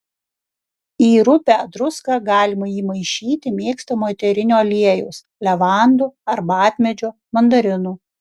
į rupią druską galima įmaišyti mėgstamo eterinio aliejaus levandų arbatmedžio mandarinų